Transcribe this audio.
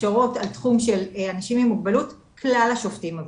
הכשרות של אנשים עם מוגבלות כלל השופטים עברו,